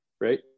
right